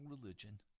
religion